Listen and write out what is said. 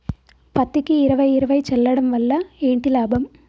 పత్తికి ఇరవై ఇరవై చల్లడం వల్ల ఏంటి లాభం?